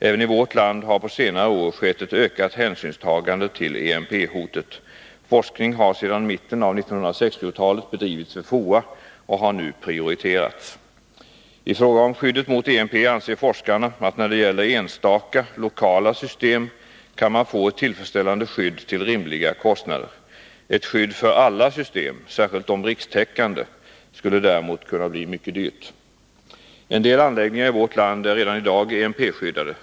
Även i vårt land har på senare år skett ett ökat hänsynstagande till EMP-hotet. Forskning har sedan mitten av 1960-talet bedrivits vid FOA och har nu prioriterats. I fråga om skyddet mot EMP anser forskarna att när det gäller enstaka lokala system kan man få ett otillfredsställande skydd till rimliga kostnader. Ett skydd för alla system, särskilt de rikstäckande, skulle däremot kunna bli mycket dyrt. En del anläggningar i vårt land är redan i dag EMP-skyddade.